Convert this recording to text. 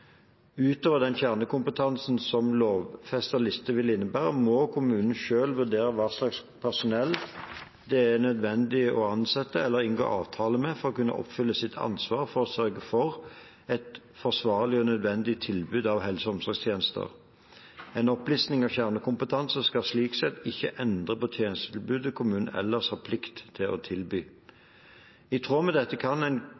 Utover den kjernekompetanse som en lovfestet liste vil innebære, må kommunen selv vurdere hva slags personell det er nødvendig å ansette eller inngå avtale med for å kunne oppfylle sitt ansvar for å sørge for et forsvarlig og nødvendig tilbud av helse- og omsorgstjenester. En opplisting av kjernekompetanse skal slik sett ikke endre på det tjenestetilbudet kommunen ellers har plikt til å tilby.» I tråd med dette kan ikke en